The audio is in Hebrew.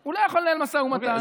הוא לא יכול לנהל משא ומתן.